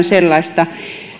sellaista